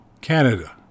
Canada